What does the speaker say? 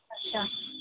اچھا